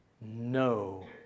no